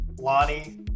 Lonnie